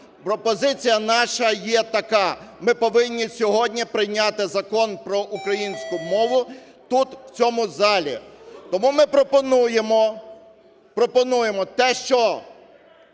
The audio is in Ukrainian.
Пропозиція наша є така, ми повинні сьогодні прийняти закон про українську мову тут, в цьому залі. Тому ми пропонуємо,